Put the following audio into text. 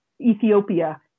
Ethiopia